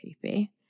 creepy